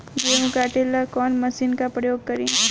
गेहूं काटे ला कवन मशीन का प्रयोग करी?